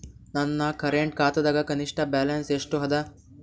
ನನ್ನ ಕರೆಂಟ್ ಖಾತಾದಾಗ ಕನಿಷ್ಠ ಬ್ಯಾಲೆನ್ಸ್ ಎಷ್ಟು ಅದ